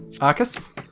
Arcus